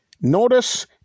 Notice